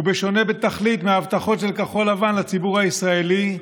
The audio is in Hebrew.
ובשונה בתכלית מההבטחות של כחול לבן לציבור הישראלי,